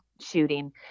shooting